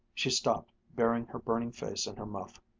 she stopped, burying her burning face in her muff.